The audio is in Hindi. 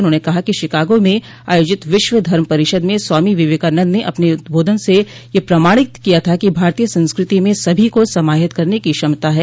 उन्होंने कहा कि शिकागो में आयोजित विश्व धर्म परिषद में स्वामी विवेकानन्द ने अपने उद्बोधन से यह प्रमाणित किया था कि भारतीय संस्कृति में सभी को समाहित करने की क्षमता है